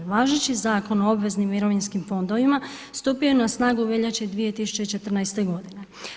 Važeći Zakon o obveznim mirovinskim fondovima stupio je na snagu u veljači 2014. godine.